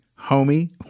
homie